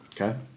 Okay